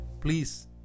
please